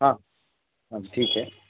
ہاں ہاں جی ٹھیک ہے